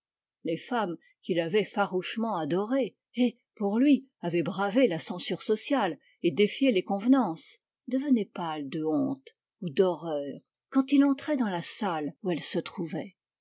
les femmes qui l'avaient farouchement adoré et pour lui avaient bravé la censure sociale et défié les convenances devenaient pâles de honte ou d'horreur quand il entrait dans la salle où elles se trouvaient